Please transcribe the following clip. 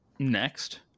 next